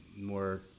more